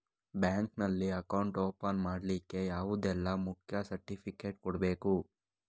Bank ನಲ್ಲಿ account open ಮಾಡ್ಲಿಕ್ಕೆ ಯಾವುದೆಲ್ಲ ಮುಖ್ಯ ಸರ್ಟಿಫಿಕೇಟ್ ಕೊಡ್ಬೇಕು?